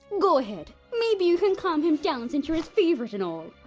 go ahead. maybe you can calm him down, since your his favorite and all.